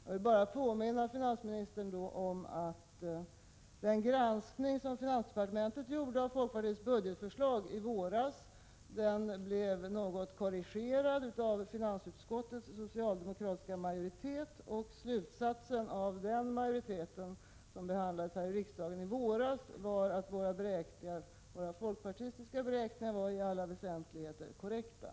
Jag vill bara påminna finansministern om att den granskning som finansdepartementet i våras gjorde av folkpartiets budgetförslag blev något korrigerad av finansutskottets socialdemokratiska majoritet. Slutsatsen som majoriteten drog vid riksdagsbehandlingen här i våras var att våra folkpartistiska beräkningar var i alla väsentligheter korrekta.